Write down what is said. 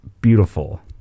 beautiful